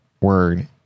word